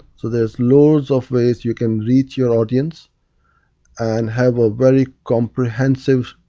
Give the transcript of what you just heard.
so there's loads of ways you can reach your audience and have a very comprehensive,